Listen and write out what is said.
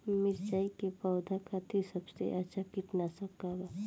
मिरचाई के पौधा खातिर सबसे अच्छा कीटनाशक का बा?